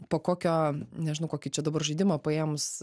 po kokio nežinau kokį čia dabar žaidimą paėmus